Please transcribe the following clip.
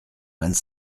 vingt